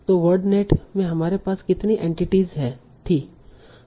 तो वर्डनेट में हमारे पास कितनी एंटिटीस थीं